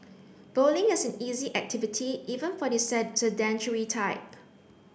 bowling is an easy activity even for the set sedentary type